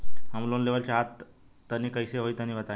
हम लोन लेवल चाहऽ तनि कइसे होई तनि बताई?